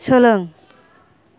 सोलों